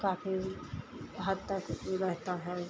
काफ़ी हद तक रहता है